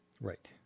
right